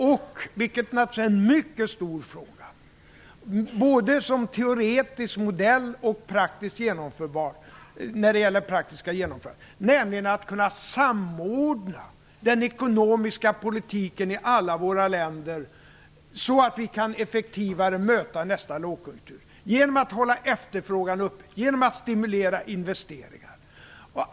Det gäller också en mycket stor fråga, både som teoretisk modell och i det praktiska genomförandet, nämligen att man skall kunna samordna den ekonomiska politiken i alla våra länder, så att vi effektivare kan möta nästa lågkonjunktur. Det sker genom att vi håller efterfrågan uppe och stimulerar investeringar.